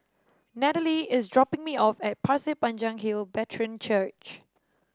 Natalee is dropping me off at Pasir Panjang Hill Brethren Church